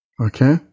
Okay